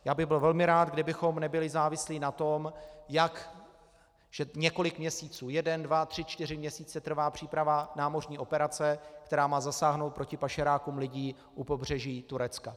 Byl bych velmi rád, kdybychom nebyli závislí na tom, jak několik měsíců, jeden, dva, tři, čtyři měsíce trvá příprava námořní operace, která má zasáhnout proti pašerákům lidí u pobřeží Turecka.